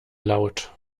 laut